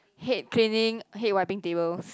hate cleaning hate wiping table